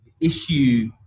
issue